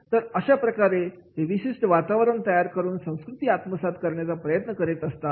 तर अशाप्रकारे ते विशिष्ट वातावरण तयार करून संस्कृती आत्मसात करण्याचा प्रयत्न करत असतात